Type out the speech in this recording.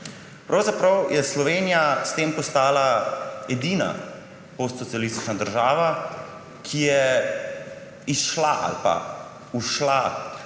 Pravzaprav je Slovenija s tem postala edina postsocialistična država, ki je ušla krempljem